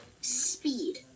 speed